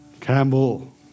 Campbell